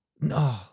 No